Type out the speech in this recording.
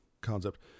concept